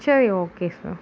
சரி okay sir